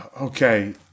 okay